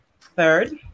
Third